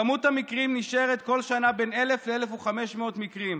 כמות המקרים נשארת כל שנה בין 1,000 ל-1,500 מקרים,